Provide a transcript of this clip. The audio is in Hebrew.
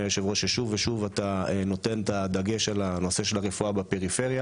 היושב-ראש ששוב ושוב אתה נותן דגש על הנושא הזה של שירותי רפואה בפריפריה.